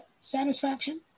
satisfaction